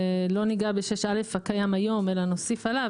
שלא ניגע ב-6(א) הקיים היום אלא נוסיף עליו,